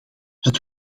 het